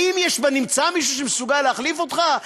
האם יש בנמצא מישהו שמסוגל להחליף אותך?